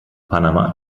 panama